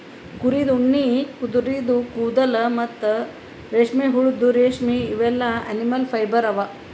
ಕುರಿದ್ ಉಣ್ಣಿ ಕುದರಿದು ಕೂದಲ ಮತ್ತ್ ರೇಷ್ಮೆಹುಳದ್ ರೇಶ್ಮಿ ಇವೆಲ್ಲಾ ಅನಿಮಲ್ ಫೈಬರ್ ಅವಾ